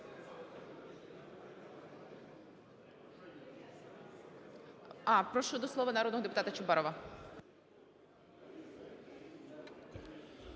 прошу до слова народного депутата Чубарова.